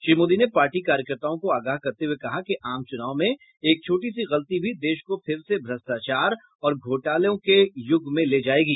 श्री मोदी ने पार्टी कार्यकर्ताओं को आगाह करते हुए कहा कि आम चूनाव में एक छोटी सी गलती भी देश को फिर से भ्रष्टाचार और घोटालों के यूग में ले जाएगी